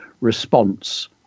response